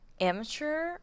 amateur